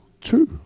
True